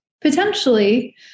potentially